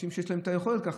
האנשים שיש את היכולת לכך,